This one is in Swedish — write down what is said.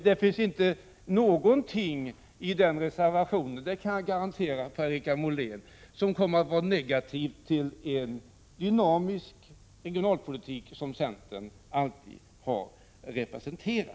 Det finns inte någonting i den reservationen — det kan jag garantera Per-Richard Molén — som kommer att vara negativt för en dynamisk regionalpolitik, som centern alltid har representerat.